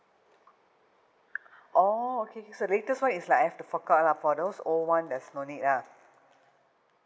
orh okay okay so latest [one] is like I have to fork out for those old [one] there's no need ah